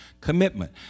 commitment